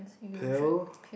pill